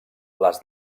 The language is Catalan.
les